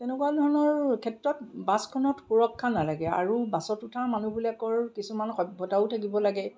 তেনেকুৱা ধৰণৰ ক্ষেত্ৰত বাছখনত সুৰক্ষা নালাগে আৰু বাছত উঠা মানুহবিলাকৰ কিছুমান সভ্যতাও থাকিব লাগে